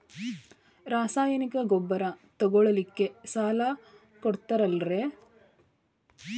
ರಾಸಾಯನಿಕ ಗೊಬ್ಬರ ತಗೊಳ್ಳಿಕ್ಕೆ ಸಾಲ ಕೊಡ್ತೇರಲ್ರೇ?